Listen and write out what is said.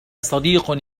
صديق